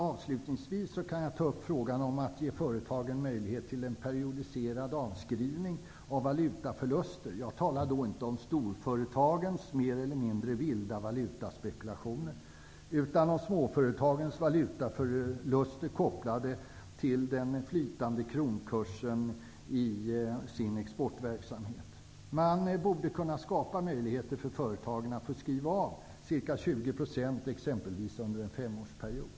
Avslutningsvis vill jag ta upp frågan om att ge företagen möjlighet till en periodiserad avskrivning av valutaförluster. Jag talar då inte om storföretagens mer eller mindre vilda valutaspekulationer utan om småföretagens valutaförluster, kopplade till den flytande kronkursen, i deras exportverksamhet. Man borde kunna skapa möjligheter för företagen att skriva av ca 20 %, exempelvis under en femårsperiod.